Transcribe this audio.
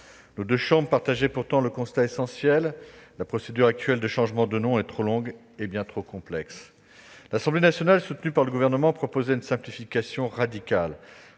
Nos deux chambres partageaient pourtant le constat essentiel suivant : la procédure actuelle de changement de nom est trop longue et bien trop complexe. L'Assemblée nationale, soutenue par le Gouvernement, proposait une simplification radicale.